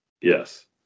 Yes